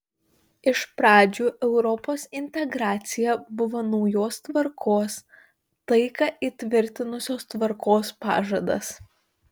iš pradžių europos integracija buvo naujos tvarkos taiką įtvirtinusios tvarkos pažadas